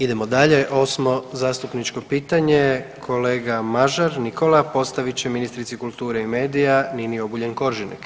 Idemo dalje, 8. zastupničko pitanje, kolega Mažar Nikola postavit će ministrici kulture i medija Nini Obuljen Koržinek.